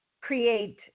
create